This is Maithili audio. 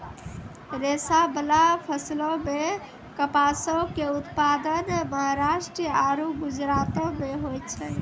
रेशाबाला फसलो मे कपासो के उत्पादन महाराष्ट्र आरु गुजरातो मे होय छै